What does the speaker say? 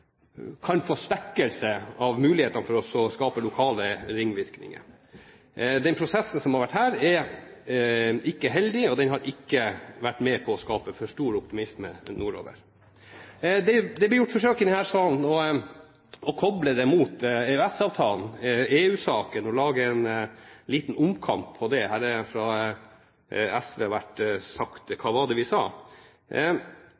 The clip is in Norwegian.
kan ha fått svekket mulighetene for å skape lokale ringvirkninger. Den prosessen som har vært her, er ikke heldig, og den har ikke vært med på å skape for stor optimisme nordover. Det er blitt gjort forsøk i denne salen på å koble det mot EØS-avtalen, EU-saken, og lage en liten omkamp på dette. Her har det fra SV vært sagt: Hva var det